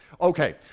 Okay